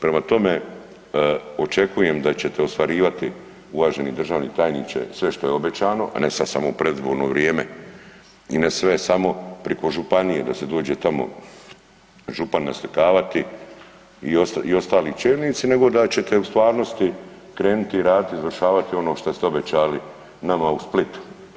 Prema tome, očekujem da ćete ostvarivati uvaženi državni tajniče sve što je obećano, a ne sad samo u predizborno vrijeme i ne sve samo priko županije da se dođe tamo župan naslikavati i ostali čelnici nego da ćete u stvarnosti krenuti raditi, izvršavati ono šta ste obećali nama u Splitu.